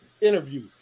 interview